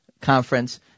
conference